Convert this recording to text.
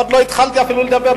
עוד לא התחלתי אפילו לדבר,